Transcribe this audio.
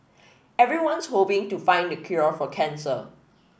everyone's hoping to find the cure for cancer